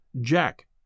Jack